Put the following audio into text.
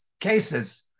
cases